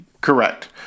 Correct